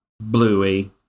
bluey